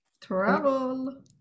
Travel